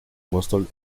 boston